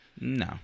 no